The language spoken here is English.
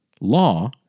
law